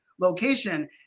location